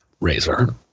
razor